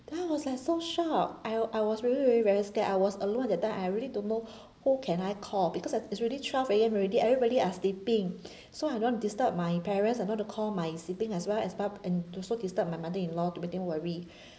then I was like so shock I I was really really very scared I was alone at that time I really don't know who can I call because at it's already twelve A_M already everybody are sleeping so I don't want to disturb my parents I don't want to call my sibling as well as but and also disturbed my mother in law to make them worry